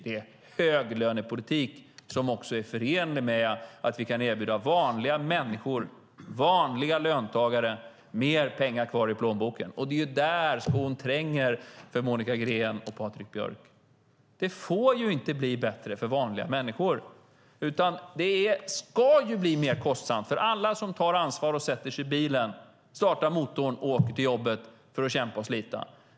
Det är höglönepolitik som också är förenlig med att vi kan erbjuda vanliga löntagare mer pengar kvar i plånboken. Det är där skon klämmer för Monica Green och Patrik Björck. Det får ju inte bli bättre för vanliga människor. Det ska i stället bli mer kostsamt för alla som tar ansvar och sätter sig i bilen, startar motorn och åker till jobbet för att kämpa och slita.